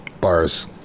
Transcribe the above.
Bars